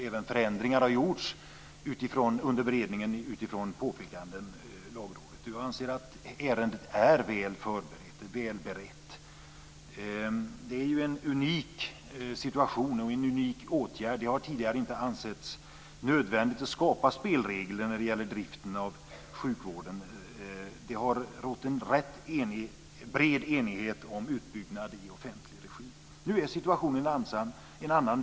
Även förändringar har gjorts under beredningen utifrån påpekanden av Lagrådet. Jag anser att ärendet är väl berett. Det är ju en unik situation och en unik åtgärd. Det har tidigare inte ansetts nödvändigt att skapa spelregler när det gäller driften av sjukvården. Det har rått en bred enighet om utbyggnad i offentlig regi. Nu är situationen en annan.